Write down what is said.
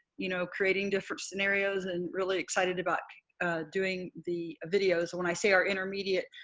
you know creating different scenarios and really excited about doing the videos. when i say our intermediate,